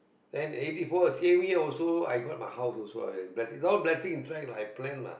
then eighty four same year also I got my house also ah bless it's all blessing in track lah I plan lah